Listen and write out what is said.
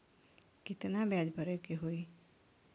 कितना ब्याज भरे के होई?